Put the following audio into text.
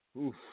Oof